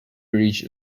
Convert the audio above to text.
reached